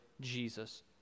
Jesus